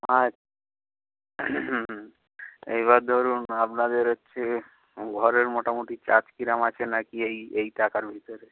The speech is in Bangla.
আচ এইবার ধরুন আপনাদের হচ্ছে ঘরের মোটামুটি চার্জ কীরকম আছে না কি এই এই টাকার ভিতরে